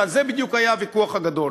ועל זה בדיוק היה הוויכוח הגדול: